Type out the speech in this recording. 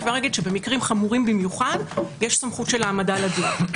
כבר אגיד שבמקרים חמורים במיוחד יש סמכות של העמדה לדין.